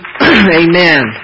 amen